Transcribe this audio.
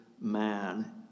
Man